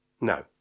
No